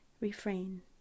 refrain